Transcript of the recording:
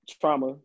trauma